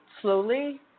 slowly